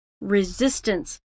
resistance